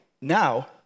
now